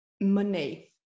money